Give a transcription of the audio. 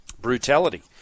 Brutality